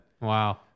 Wow